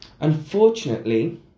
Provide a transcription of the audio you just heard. unfortunately